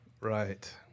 Right